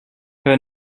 her